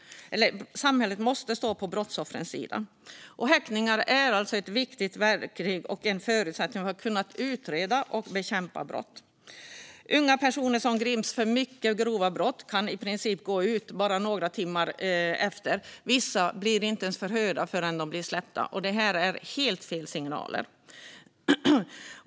Samhället måste stå på brottsoffrens sida. Häktningar är ett viktigt verktyg och en förutsättning för att kunna utreda och bekämpa brott. Unga personer som grips för mycket grova brott kan i princip gå ut bara några timmar efteråt. Vissa blir inte ens förhörda förrän de blir släppta. Det är helt fel signaler.